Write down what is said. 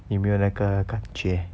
有没有那个感觉